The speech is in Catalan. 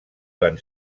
van